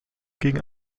gegen